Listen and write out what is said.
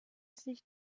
sich